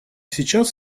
сейчас